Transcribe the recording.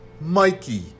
Mikey